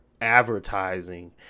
advertising